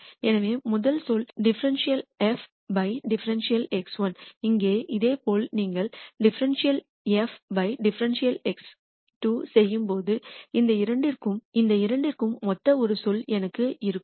எனவே முதல் சொல் ∂f ∂x1 இங்கே இதேபோல் நீங்கள் ∂f ∂ x2 செய்யும்போது இந்த இரண்டிற்கும் ஒத்த ஒரு சொல் எனக்கு இருக்கும்